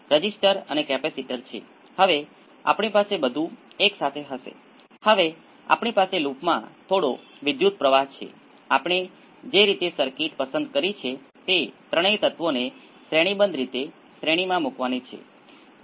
તો ચાલો કહીએ કે હું આને 0 બનાવું છું અને પછી 20 કિલો હર્ટ્ઝ તો અહીં 20 હર્ટ્ઝ ક્યાં છે